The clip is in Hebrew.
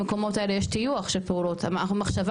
במקומות האלה יש טיוח שפעולות המחשבה